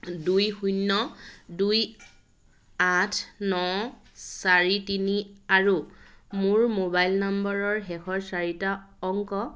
দুই শূণ্য় দুই আঠ ন চাৰি তিনি আৰু মোৰ মোবাইল নম্বৰৰ শেষৰ চাৰিটা অংক